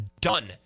done